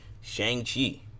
Shang-Chi